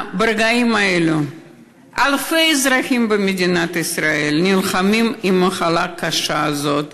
ברגעים אלה אלפי אזרחים במדינת ישראל נלחמים במחלה הקשה הזאת,